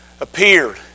appeared